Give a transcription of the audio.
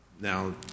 Now